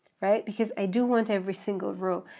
right? because i do want every single row,